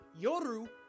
yoru